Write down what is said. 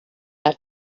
got